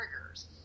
triggers